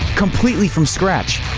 completely from scratch?